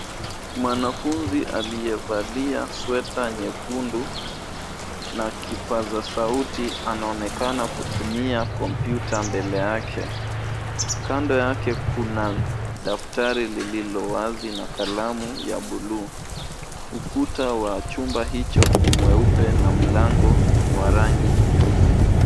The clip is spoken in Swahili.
Mwanafunzi aliyevalia sweta nyekundu na kipaza sauti anaonekana kutumia kompyuta mbele yake. Kando yake kuna daftari lililo wazi na kalamu ya buluu. Ukuta wa chumba hicho ni mweupe na mlango ni wa rangi nyeusi.